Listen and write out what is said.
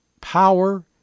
power